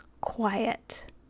quiet